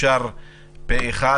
אושר פה אחד.